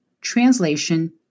translation